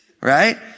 Right